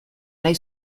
nahi